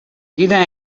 quina